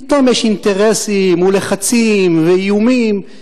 פתאום יש אינטרסים ולחצים ואיומים,